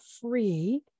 free